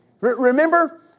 Remember